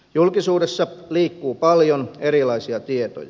julkisuudessa liikkuu paljon erilaisia tietoja